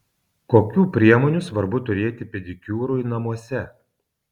kokių priemonių svarbu turėti pedikiūrui namuose